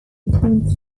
between